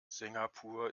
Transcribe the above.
singapur